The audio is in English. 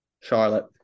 Charlotte